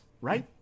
right